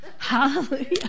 Hallelujah